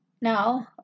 Now